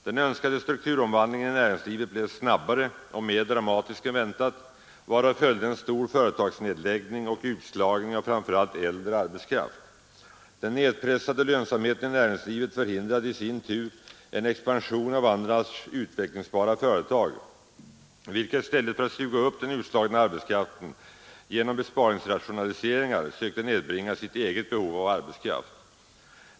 Den önskade strukturomvandlingen i näringslivet blev snabbare och mer dramatisk än väntat, varav följde en stor företagsnedläggning och utslagning av framför allt äldre arbetskraft. Den nedpressade lönsamheten i näringslivet förhindrade i sin tur en expansion av annars utvecklingsbara företag, vilka i stället för att suga upp den utslagna arbetskraften genom besparingsrationaliseringar sökte nedbringa sitt eget behov av arbetskraft.